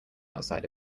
outside